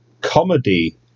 comedy